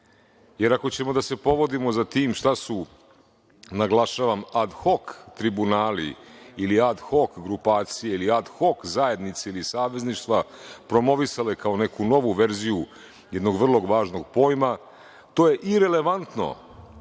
Jer, ako ćemo da se povodimo za tim šta su, naglašavam, ad hok tribunali ili ad hok grupacije ili ad hok zajednice ili savezništva promovisale kao neku novu verziju jednog vrlo važnog pojma, to je irelevantno